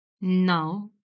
Now